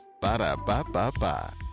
Ba-da-ba-ba-ba